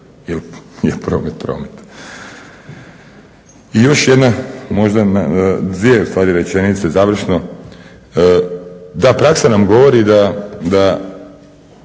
jer je promet promet. I još jedna, možda dvije ustvari rečenice završno, da praksa nam govori da